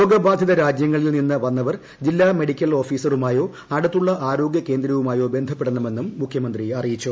രോഗബാധിത രാജ്യങ്ങളിൽനിന്ന് വന്നവർ ജില്ലാ മെഡിക്കൽ ഓഫീസറുമായോ അടുത്തുള്ള ആരോഗ്യകേന്ദ്രവുമായോ ബന്ധപ്പെടണമെന്നും മുഖ്യമന്ത്രി അറിയിച്ചു